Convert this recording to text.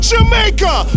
Jamaica